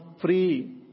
free